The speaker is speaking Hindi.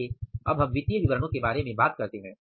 आइए अब हम वित्तीय विवरणों के बारे में बात करते हैं